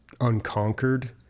unconquered